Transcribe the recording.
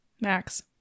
Max